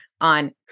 on